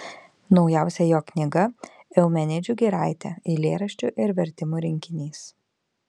naujausia jo knyga eumenidžių giraitė eilėraščių ir vertimų rinkinys